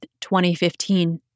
2015